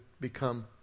become